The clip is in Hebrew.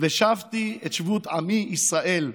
"ושבתי את שבות עמי ישראל,